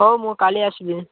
ହଉ ମୁଁ କାଲି ଆସିବି